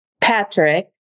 Patrick